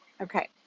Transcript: okay